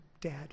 Dad